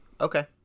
Okay